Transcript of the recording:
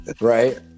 right